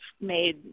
made